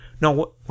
no